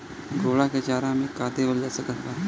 घोड़ा के चारा मे का देवल जा सकत बा?